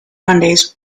mondays